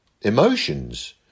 emotions